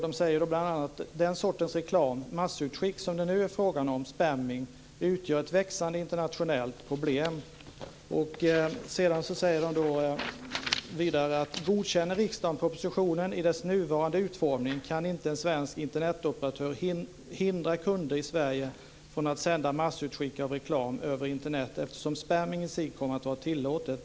De säger bl.a.: "Den sortens reklam - massutskick - som det är fråga om - spamming - utgör ett växande internationellt problem." Sedan säger de vidare: "Godkänner Riksdagen propositionen i dess nuvarande utformning kan inte en svensk Internetoperatör hindra kunder i Sverige från att sända massutskick av reklam över Internet eftersom spamming i sig kommer att vara tillåtet.